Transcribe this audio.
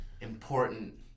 important